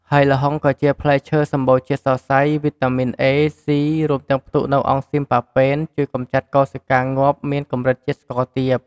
ហើយល្ហុងក៏ជាផ្លែឈើ សម្បូរជាតិសរសៃ វីតាមីន A, C រួមទាំងផ្ទុកនូវអង់ស៊ីម ប៉ាប៉េន ជួយកម្ចាត់កោសិកាងាប់ មានកម្រិតជាតិស្ករទាប។